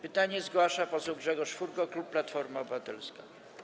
Pytanie zgłasza poseł Grzegorz Furgo, klub Platforma Obywatelska.